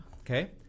Okay